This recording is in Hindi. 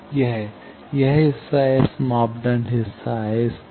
यह यह हिस्सा एस मापदंड हिस्सा है इस तक